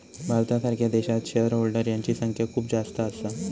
भारतासारख्या देशात shareholder यांची संख्या खूप जास्त असा